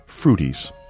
Fruities